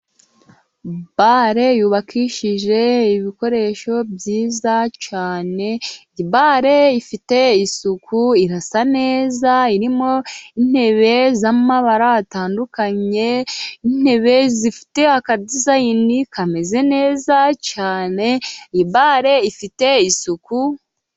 Bare yubakishije ibikoresho byiza cyane, iyi bare ifite isuku irasa neza irimo intebe z'amabara atandukanye, intebe zifite akadizayini kameze neza cyane, iyi bare ifite isuku...